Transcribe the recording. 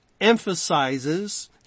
emphasizes